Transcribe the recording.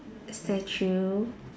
statue